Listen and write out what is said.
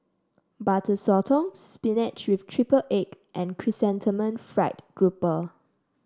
Butter Sotong spinach with triple egg and Chrysanthemum Fried Grouper